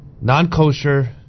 Non-kosher